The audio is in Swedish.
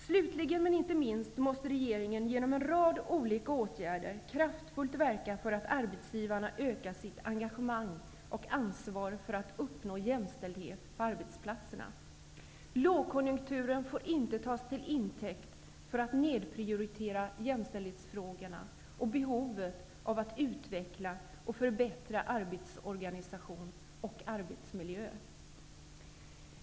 Slutligen, men inte minst, måste regeringen genom en rad olika åtgärder kraftfullt verka för att arbetsgivarna ökar sitt engagemang och ansvar för att uppnå jämställdhet på arbetsplatserna. Lågkonjunkturen får inte tas till intäkt för att nedprioritera jämställdhetsfrågorna och behovet av att utveckla och förbättra arbetsorganisation och arbetsmiljöer.